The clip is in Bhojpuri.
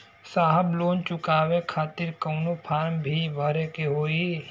साहब लोन चुकावे खातिर कवनो फार्म भी भरे के होइ?